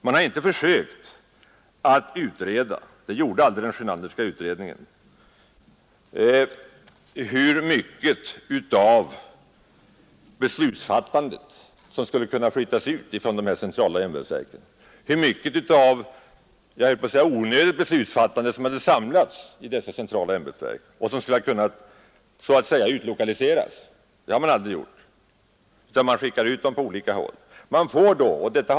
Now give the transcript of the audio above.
Man har inte försökt att utreda — det gjorde aldrig den Sjönanderska utredningen — hur mycket av beslutsfattandet som skulle kunna flyttas ut från de centrala ämbetsverken, hur mycket av — jag höll på att säga onödigt — beslutsfattande som har samlats i dessa centrala ämbetsverk och som skulle ha kunnat så att säga utlokaliseras. Det har man aldrig gjort, utan man skickar ut ämbetsverken på olika håll utan sådan analys.